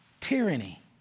tyranny